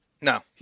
No